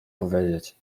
powiedzieć